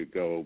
go